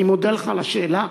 אני מודה לך על השאלה,